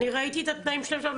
אני ראיתי את התנאים שלהם שם.